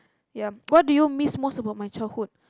ya what do you miss most about my childhood